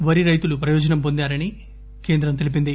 వరి రైతులు ప్రయోజనం పొందారని కేంద్రం తెలిపింది